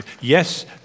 Yes